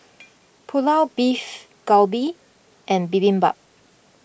Pulao Beef Galbi and Bibimbap